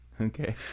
Okay